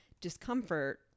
discomfort